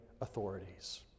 authorities